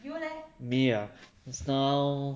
me ah just now